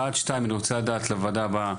שתיים, אני רוצה לדעת לוועדה הבאה,